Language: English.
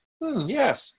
Yes